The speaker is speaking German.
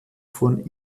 von